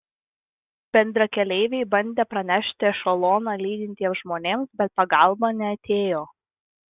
bendrakeleiviai bandė pranešti ešeloną lydintiems žmonėms bet pagalba neatėjo